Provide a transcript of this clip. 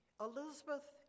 Elizabeth